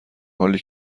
حالی